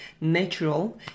natural